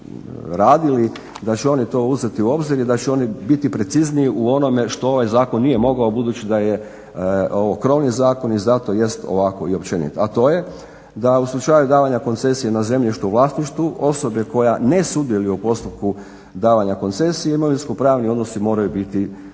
da će oni to uzeti u obzir i da će oni biti precizniji u onome što ovaj zakon nije mogao budući da je ovo krovni zakon i zato jest ovako i općenit, a to je da u slučaju davanja koncesije na zemljište u vlasništvu osobe koja ne sudjeluje u postupku davanja koncesije imovinsko-pravni odnosi moraju biti